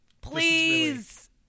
Please